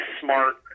smart